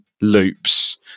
loops